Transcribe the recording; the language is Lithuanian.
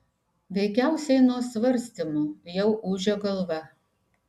veikiausiai nuo svarstymų jau ūžia galva